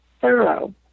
thorough